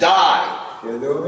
die